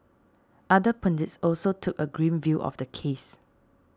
other pundits also took a grim view of the case